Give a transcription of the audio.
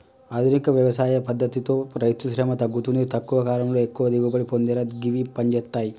ఆధునిక వ్యవసాయ పద్దతితో రైతుశ్రమ తగ్గుతుంది తక్కువ కాలంలో ఎక్కువ దిగుబడి పొందేలా గివి పంజేత్తయ్